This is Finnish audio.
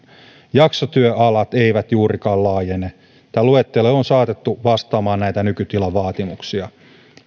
jaksotyöalat eivät juurikaan laajene tämä luettelo on saatettu vastaamaan näitä nykytilan vaatimuksia